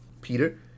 Peter